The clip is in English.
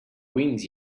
wings